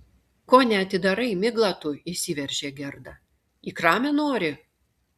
ko neatidarai migla tu įsiveržė gerda į kramę nori